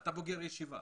שהם בוגרי ישיבה.